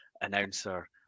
announcer